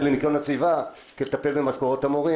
לניקיון הסביבה לצורך טיפול במשכורות המורים.